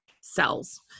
cells